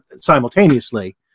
simultaneously